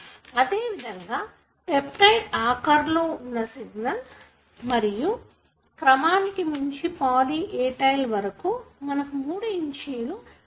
అదే విధంగా పెప్టిదే ఆఖర్లో వున్న సిగ్నల్ మరియు క్రమానికి మించి పాలీ A టైల్ వరకు మనకు 3' అన్ ట్రాన్సల్టెడ్ రీజన్స్ ఉంటాయి